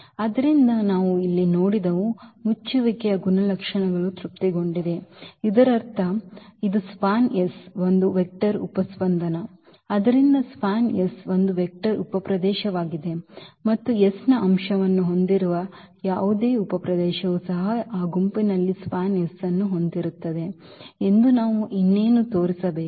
ಆದ್ದರಿಂದ ನಾವು ಇಲ್ಲಿ ನೋಡಿದವು ಮುಚ್ಚುವಿಕೆಯ ಗುಣಲಕ್ಷಣಗಳು ತೃಪ್ತಿಗೊಂಡಿವೆ ಇದರರ್ಥ ಇದು SPAN ಒಂದು ವೆಕ್ಟರ್ ಉಪಸ್ಪಂದನ ಆದ್ದರಿಂದ SPAN ಒಂದು ವೆಕ್ಟರ್ ಉಪಪ್ರದೇಶವಾಗಿದೆ ಮತ್ತು S ನ ಅಂಶವನ್ನು ಹೊಂದಿರುವ ಯಾವುದೇ ಉಪಪ್ರದೇಶವು ಸಹ ಆ ಗುಂಪಿನಲ್ಲಿ SPAN ಅನ್ನು ಹೊಂದಿರುತ್ತದೆ ಎಂದು ನಾವು ಇನ್ನೇನು ತೋರಿಸಬೇಕು